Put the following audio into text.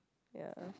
ya